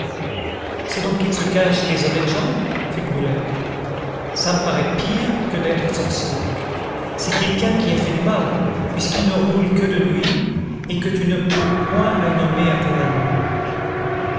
c'est donc qu'il se cache des honnêtes gens fit brulette ça me paraît pire que d'être sorcier c'est quelqu'un qui a fait du mal puisqu'il ne roule que de nuit et que tu ne peux point le nommer à tes amis